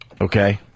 Okay